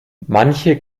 manche